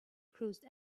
cruised